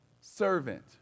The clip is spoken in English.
servant